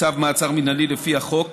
צו מעצר מינהלי לפי החוק,